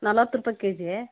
ನಲ್ವತ್ತು ರೂಪಾಯಿ K G